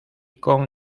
con